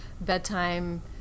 bedtime